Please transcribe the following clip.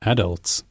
Adults